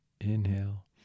Inhale